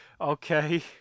okay